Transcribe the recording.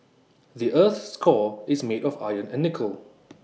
the Earth's core is made of iron and nickel